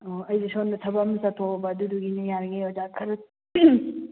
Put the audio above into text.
ꯑꯣ ꯑꯩꯁꯦ ꯁꯣꯝꯗ ꯊꯕꯛ ꯑꯃ ꯆꯠꯊꯣꯛꯑꯕ ꯑꯗꯨꯗꯨꯒꯤꯅꯦ ꯌꯥꯔꯤꯉꯩ ꯑꯣꯖꯥ ꯈꯔ